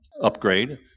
upgrade